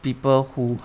people who